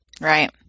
Right